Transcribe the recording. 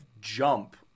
jump